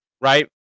right